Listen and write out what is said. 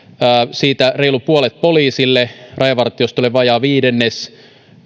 siitä reilu puolet poliisille rajavartiostolle vajaa viidennes